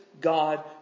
God